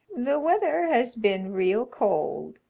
the weather has been real cold,